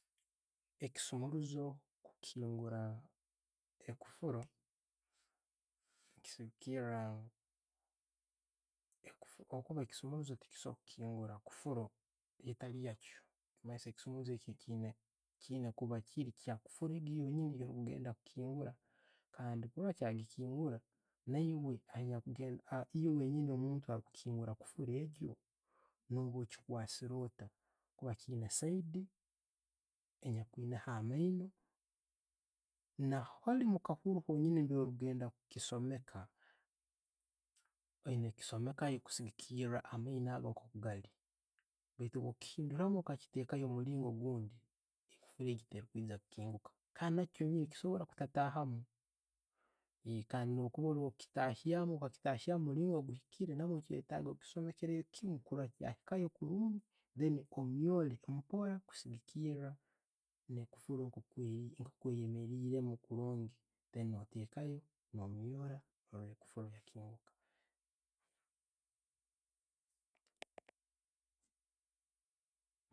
Ekisumurrizo okukingura ekoffulo, kisigiikiira, habwokuba ekisumuliizo tekisobora kukingura kofuulo etali yakyo. Chikumanyisa, ekisumulizo ekyo kiyiina kuba ekya kofuulo egyo yenyiini no'kugenda kukingura kandi no'kugenda no'kukingura, naiwe anya, eiiwe omuntu wenyiini anyakukingura kofuulo egyo no'oba ogiikwasiire otta, habwokuba kiyiina side enyakubaho amaino, na hali mukahuru kenyiini nambire okugenda kukasomeka, baina gisomeka kusigikiira amaino ago nko gaali. Baitu bwo kiyinduramu okakitekayo omulingo gundi, ekofuro egyo tekugenda kukinguuka kandi nakyo nikisobola baitu bwo' kitekamu okachiyindura omulingo gundi, kofuulo egyo tekwijja kukinguka, tekikusobora kuchitayamu kandi no'bwokuba oli wakitaayamu omulingo oguhiikiire, oitaga okisomekere kimmu kurora kyatahamu niikwo omyoree mpora kusigiikira egufuru nka bweyemereiremu kurungi, then no'tekamu, oyabura, no rora koffullo ne'kinguka.